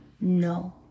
no